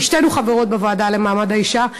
כי שתינו חברות בוועדה לקידום מעמד האישה.